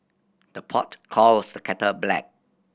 the pot calls the kettle black